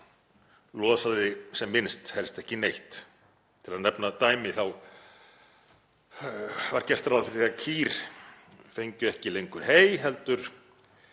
losaði sem minnst, helst ekki neitt. Til að nefna dæmi þá var gert ráð fyrir því að kýr fengju ekki lengur hey heldur